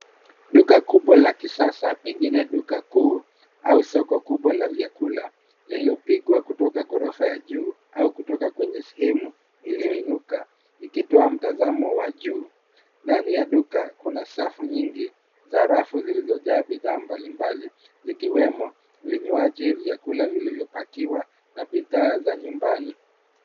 Duka kubwa la kisasa pengine duka kuu au soko kubwa la vyakula lilopigwa kutoka ghorofa ya juu au kutoka kwenye sehemu iliyoinuka ikitoa mtazamo wa juu. Ndani ya duka kuna safu nyingi za rafu zilizojaa bidhaa mbalimbali zikiwemo vinywaji, vyakula vilivopakiwa na bidhaa za nyumbani.